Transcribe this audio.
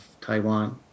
Taiwan